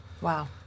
wow